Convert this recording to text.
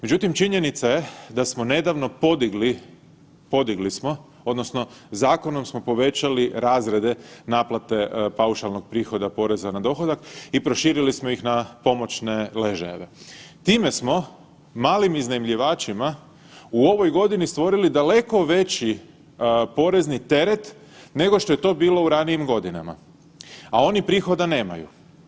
Međutim, činjenica je da smo nedavno podigli, podigli smo odnosno zakonom smo povećali razrede naplate paušalnog prihoda poreza na dohodak i proširili smo ih na pomoćne ležajeve, time smo malim iznajmljivačima u ovoj godini stvorili daleko veći porezni teret nego što je to bilo u ranijim godinama, a oni prihoda nemaju.